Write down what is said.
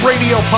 radio